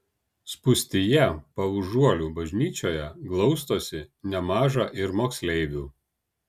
spūstyje paužuolių bažnyčioje glaustosi nemaža ir moksleivių